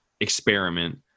experiment